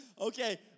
Okay